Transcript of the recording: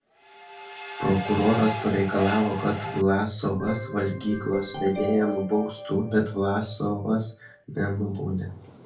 prokuroras pareikalavo kad vlasovas valgyklos vedėją nubaustų bet vlasovas nenubaudė